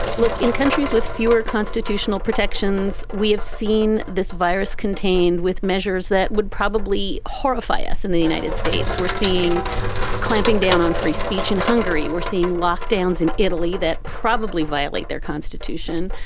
look, in countries with fewer constitutional protections, we have seen this virus contained with measures that would probably horrify us in the united states. we're seeing clamping down on free speech in hungary. we're seeing lockdowns in italy that probably violate their constitution.